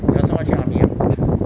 你有 some more 去 army ah